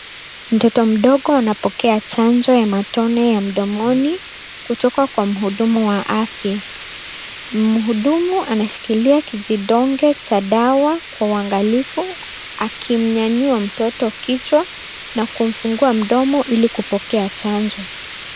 Mtoto mdogo anapokea chanjo ya matone ya mdomoni kutoka kwa mhudumu wa afya. Mhudumu anashikilia kijidonge cha dawa kwa uangalifu, akimnyanyua mtoto kichwa na kumfungua mdomo ili kupokea chanjo.